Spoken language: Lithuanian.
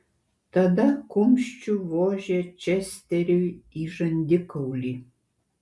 tada kumščiu vožė česteriui į žandikaulį